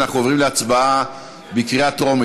אנחנו עוברים להצבעה בקריאה טרומית